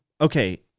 okay